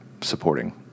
supporting